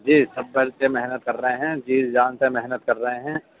جی سب بچے محنت کر رہے ہیں جی جان سے محنت کر رہے ہیں